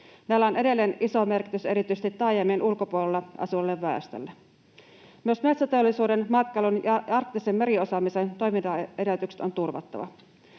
Näillä on edelleen iso merkitys erityisesti taajamien ulkopuolella asuvalle väestölle. Myös metsäteollisuuden, matkailun ja arktisen meriosaamisen toimintaedellytykset on turvattava.